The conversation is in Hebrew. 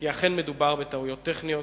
כי אכן מדובר בטעויות טכניות.